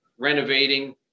renovating